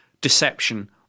deception